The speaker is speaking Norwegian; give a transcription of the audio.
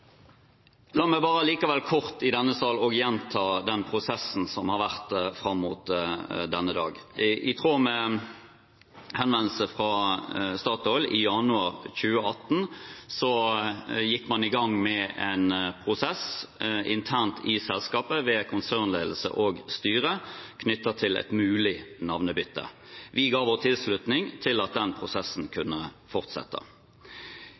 La meg likevel kort i denne sal gjenta den prosessen som har vært fram til denne dag. I tråd med henvendelse fra Statoil i januar 2018 gikk man i gang med en prosess internt i selskapet, ved konsernledelse og styre, knyttet til et mulig navnebytte. Vi ga vår tilslutning til at prosessen kunne fortsette.